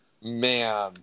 man